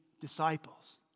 disciples